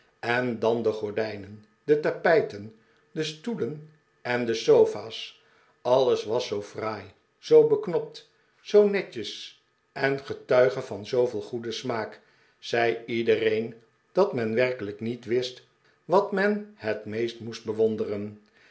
en dan de gordijnen de tapijten de stoelen en de sofa's alles was zoo fraai zoo beknopt zoo net jes en getuigde van zooveel goeden smaak zei iedereen dat men werkelijk niet wist wat men het meest moest bewonderen